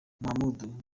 muhamud